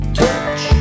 touch